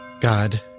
God